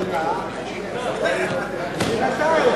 אי-אמון בממשלה לא נתקבלה.